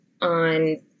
on